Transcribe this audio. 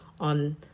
on